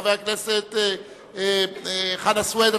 חבר הכנסת חנא סוייד?